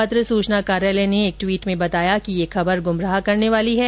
पत्र सूचना कार्यालय ने ट्वीट में बताया कि ये खबर गुमराह करने वाली है